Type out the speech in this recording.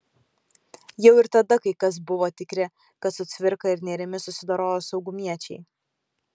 jau ir tada kai kas buvo tikri kad su cvirka ir nėrimi susidorojo saugumiečiai